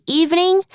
evening